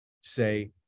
say